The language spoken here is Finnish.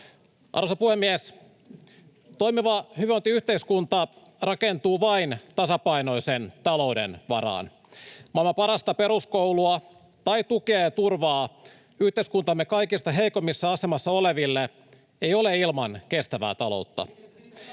Arvoisa puhemies! Toimiva hyvinvointiyhteiskunta rakentuu vain tasapainoisen talouden varaan. Maailman parasta peruskoulua tai tukea ja turvaa yhteiskuntamme kaikista heikoimmassa asemassa oleville ei ole ilman kestävää taloutta.